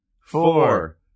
four